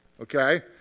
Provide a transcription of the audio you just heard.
Okay